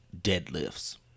Deadlifts